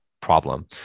Problem